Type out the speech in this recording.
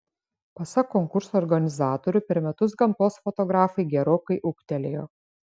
pasak konkurso organizatorių per metus gamtos fotografai gerokai ūgtelėjo